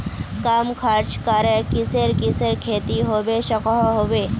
कम खर्च करे किसेर किसेर खेती होबे सकोहो होबे?